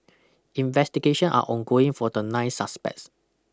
investigation are ongoing for the nine suspects